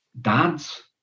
dads